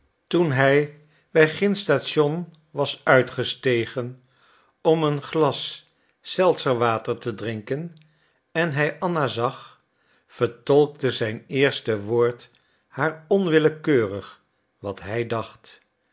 toen hij bij gindsch station was uitgestegen om een glas selzerwater te drinken en hij anna zag vertolkte zijn eerste woord haar onwillekeurig wat hij dacht